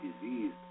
diseased